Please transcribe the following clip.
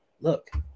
look